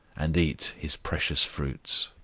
and eat his precious fruits.